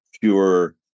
pure